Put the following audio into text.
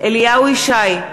אליהו ישי,